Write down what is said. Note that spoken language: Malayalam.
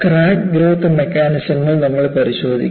ക്രാക്ക് ഗ്രോത്ത് മെക്കാനിസങ്ങൾ നമ്മൾ പരിശോധിക്കും